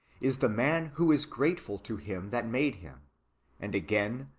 is the man who is grateful to him that made him and again,